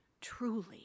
truly